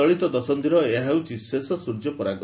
ଚଳିତ ଦଶନ୍ଧିର ଏହା ହେଉଛି ଶେଷ ସ୍ୱର୍ଯ୍ୟପରାଗ